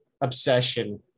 obsession